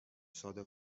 صادق